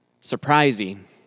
surprising